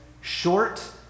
short